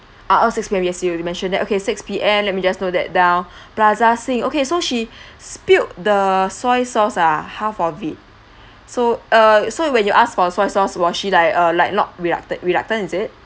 ah oh six P_M yes you already mentioned that okay six P_M let me just note that down plaza sing okay so she spilled the soy sauce ah half of it so uh so you when you ask for a soy sauce was she like uh like not relucta~ reluctant is it